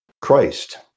Christ